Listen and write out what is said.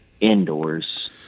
indoors